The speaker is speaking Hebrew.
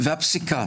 והפסיקה